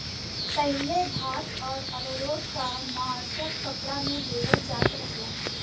पहिले भात आउर अरारोट क माड़ सब कपड़ा पे देवल जात रहल